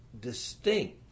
distinct